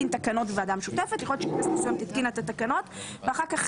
תקנות בוועדה משותפת ויכול להיות שהכנסת התקינה את התקנות ואחר כך